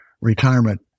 retirement